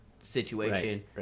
situation